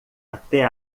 até